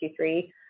Q3